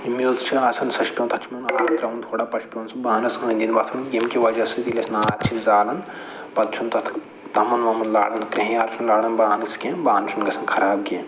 میٚژ چھِ آسان سۄ چھِ پٮ۪وان تَتھ چھِ پٮ۪وان ترٛاوُن تھوڑا پَتہٕ چھُ پٮ۪وان سُہ بانَس أنٛدۍ أنٛدۍ مَتھُن ییٚمہِ کہِ وجہ سۭتۍ ییٚلہِ أسۍ نار چھِ زالان پَتہٕ چھُنہٕ تَتھ تَمُن وَمُن لاران کِہیٖنۍ چھُنہٕ لاران بانَس کیٚنٛہہ بانہٕ چھُنہٕ گژھان خراب کیٚنٛہہ